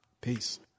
peace